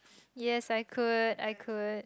yes I could I could